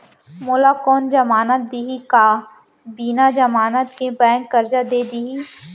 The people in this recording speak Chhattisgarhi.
मोला कोन जमानत देहि का बिना जमानत के बैंक करजा दे दिही?